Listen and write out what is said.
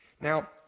Now